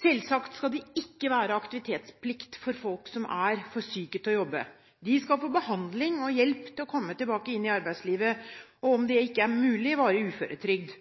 Selvsagt skal det ikke være aktivitetsplikt for folk som er for syke til å jobbe. De skal få behandling og hjelp til å komme tilbake til arbeidslivet – og om det ikke er mulig, få varig uføretrygd.